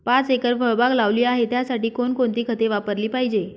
पाच एकर फळबाग लावली आहे, त्यासाठी कोणकोणती खते वापरली पाहिजे?